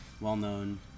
well-known